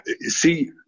See